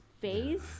phase